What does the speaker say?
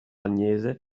agnese